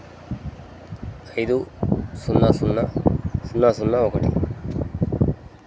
ఐదు సున్నా సున్నా సున్నా సున్నా ఒకటి